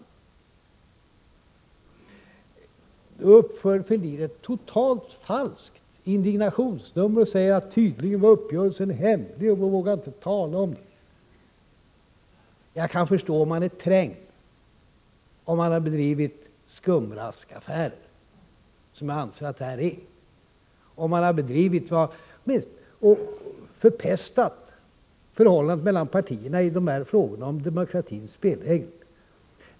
Då uppför Fälldin ett indignationsnummer som är totalt grundlöst och säger att tydligen var uppgörelsen hemlig, och man vågar inte tala om den. Jag kan förstå att Fälldin är trängd, om han har bedrivit skumraskaffärer, vilket jag anser att det här är, och om han har förpestat förhållandet mellan partierna när det gäller demokratins spelregler.